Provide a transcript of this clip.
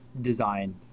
design